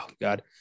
God